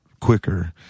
quicker